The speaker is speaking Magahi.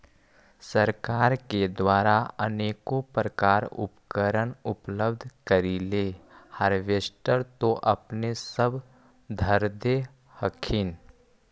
सरकार के द्वारा अनेको प्रकार उपकरण उपलब्ध करिले हारबेसटर तो अपने सब धरदे हखिन?